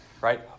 right